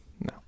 no